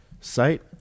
site